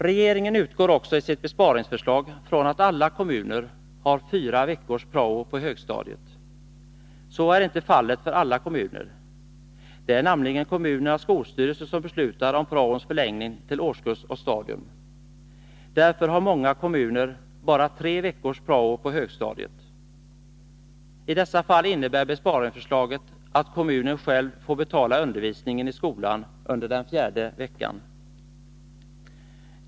Regeringen utgår också i sitt besparingsförslag från att alla kommuner har fyra veckors prao på högstadiet. Så är inte fallet för alla kommuner. Det är nämligen kommunens skolstyrelse som beslutar om praons förläggning till årskurs och stadium. Därför har många kommuner bara tre veckors prao på högstadiet. I dessa fall innebär besparingsförslaget att kommunen själv får betala undervisningen i skolan under den fjärde veckan.